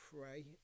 pray